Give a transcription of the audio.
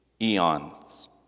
eons